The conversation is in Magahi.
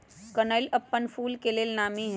कनइल अप्पन फूल के लेल नामी हइ